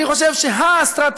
אני חושב שהאסטרטגיה,